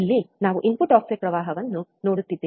ಇಲ್ಲಿ ನಾವು input offset ಪ್ರವಾಹವನ್ನು ನೋಡುತ್ತಿದ್ದೇವೆ